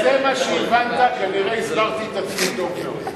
אם זה מה שהבנת, כנראה הסברתי את עצמי טוב מאוד.